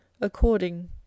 according